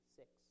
six